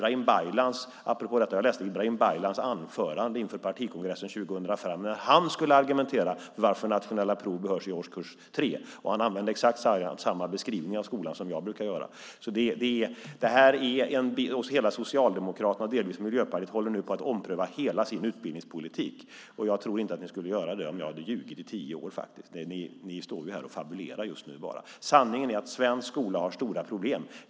Apropå detta läste jag Ibrahim Baylans anförande inför partikongressen 2005, där han argumenterade för att nationella prov behövs i årskurs 3. Han använde exakt samma beskrivning av skolan som jag brukar göra. Hela Socialdemokraterna och delvis Miljöpartiet håller nu på att ompröva hela sin utbildningspolitik. Jag tror inte att ni skulle göra det om jag hade ljugit i tio år. Ni står här och bara fabulerar just nu. Sanningen är att svensk skola har stora problem.